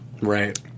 Right